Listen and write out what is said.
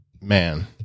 man